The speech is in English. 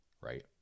right